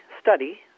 study